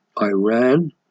Iran